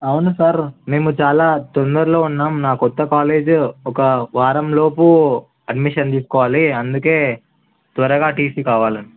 అవును సార్ మేము చాలా తొందరలో ఉన్నాం నా కొత్త కాలేజ్ ఒక వారం లోపు అడ్మిషన్ తీసుకోవాలి అందుకే త్వరగా టీ సీ కావాలి